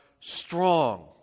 strong